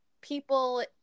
people